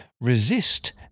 resist